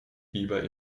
fieber